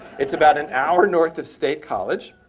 it's about an hour north of state college.